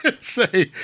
say